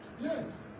Yes